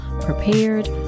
prepared